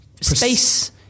space